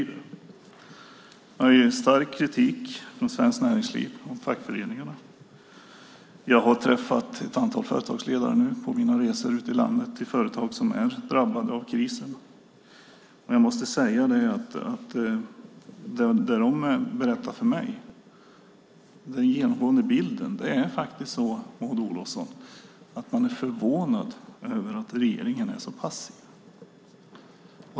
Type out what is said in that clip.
Det finns en stark kritik från Svenskt Näringsliv och fackföreningarna. Jag har träffat ett antal företagsledare på mina resor ute i landet till företag som är drabbade av krisen. Jag måste säga att det de berättar för mig, den genomgående bilden, är faktiskt, Maud Olofsson, att man är förvånad över att regeringen är så passiv.